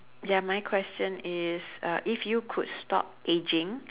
ya my question is uh if you could stop aging